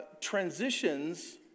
transitions